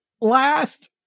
last